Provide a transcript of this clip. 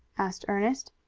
asked ernest.